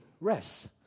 rest